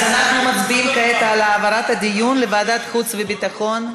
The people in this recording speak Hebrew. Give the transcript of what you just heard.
אז אנחנו מצביעים כעת על העברת הדיון לוועדת חוץ וביטחון.